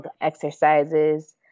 exercises